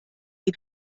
die